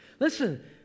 Listen